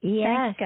yes